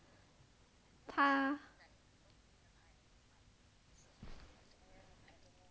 他